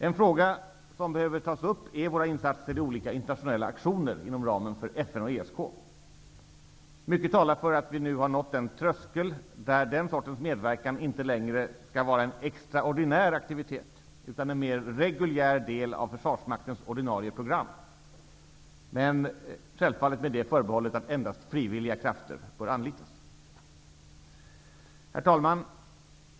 En fråga som behöver tas upp är våra insatser i olika internationella aktioner inom ramen för FN och ESK. Mycket talar för att vi nu har nått den tröskel där den sortens medverkan inte längre skall vara en extraordinär aktivitet utan en mer reguljär del av försvarsmaktens ordinarie program, men självfallet med det förbehållet att endast frivilliga krafter bör anlitas. Herr talman!